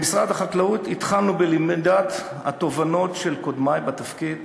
במשרד החקלאות התחלנו בלמידת התובנות של קודמי בתפקיד,